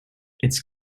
its